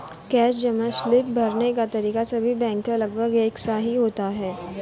cash जमा slip भरने का तरीका सभी बैंक का लगभग एक सा ही होता है